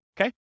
Okay